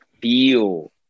feel